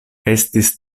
estis